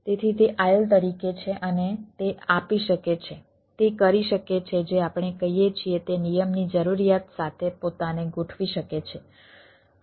તેથી તે આયલ તરીકે છે અને તે આપી શકે છે તે કરી શકે છે જે આપણે કહીએ છીએ તે નિયમની જરૂરિયાત સાથે પોતાને ગોઠવી શકે છે